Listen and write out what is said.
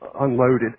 unloaded